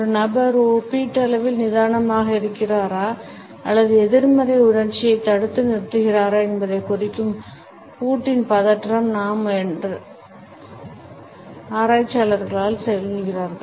ஒரு நபர் ஒப்பீட்டளவில் நிதானமாக இருக்கிறாரா அல்லது எதிர்மறை உணர்ச்சியைத் தடுத்து நிறுத்துகிறாரா என்பதைக் குறிக்கும் பூட்டின் பதற்றம் தான் என்று ஆராய்ச்சியாளர்கள் சொல்கிறார்கள்